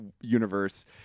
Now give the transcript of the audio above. universe